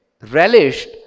relished